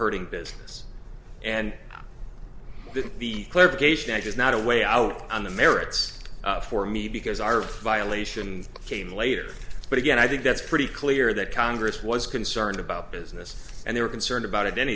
hurting business and the clarification act is not a way out on the merits for me because our violation came later but again i think that's pretty clear that congress was concerned about business and they were concerned about it